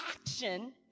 action